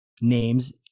names